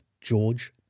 George